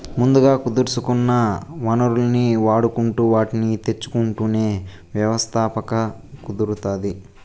ముందుగా కుదుర్సుకున్న వనరుల్ని వాడుకుంటు వాటిని తెచ్చుకుంటేనే వ్యవస్థాపకత కుదురుతాది